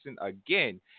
again